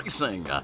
Racing